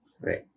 right